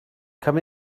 come